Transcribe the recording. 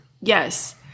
Yes